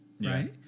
Right